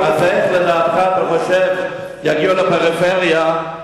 אז איך לדעתך יגיעו לפריפריה,